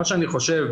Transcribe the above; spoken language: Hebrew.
מה שאני חושב,